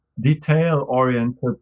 detail-oriented